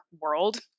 world